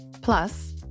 Plus